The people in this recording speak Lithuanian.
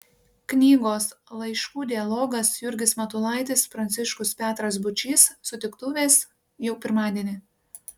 knygos laiškų dialogas jurgis matulaitis pranciškus petras būčys sutiktuvės jau pirmadienį